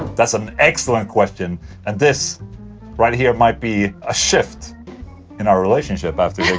that's an excellent question and this right here might be a shift in our relationship after